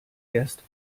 erst